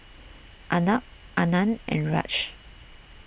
Arnab Anand and Raj